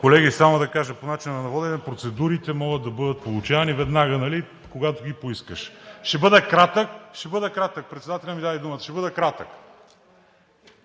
Колеги, само да кажа по начина на водене процедурите могат да бъдат получавани веднага, когато ги поискаш. Ще бъда кратък, председателят ми даде думата. (Реплики.) Ще бъда кратък!